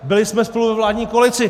Byli jsme spolu ve vládní koalici.